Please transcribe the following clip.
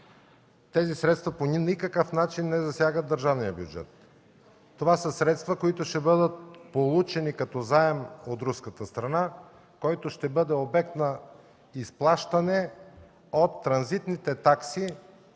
тези средства по никакъв начин не засягат държавния бюджет. (Реплики от ГЕРБ.) Това са средства, които ще бъдат получени като заем от руската страна, който ще бъде обект на изплащане от транзитните такси